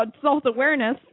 self-awareness